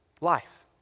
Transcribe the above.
life